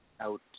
out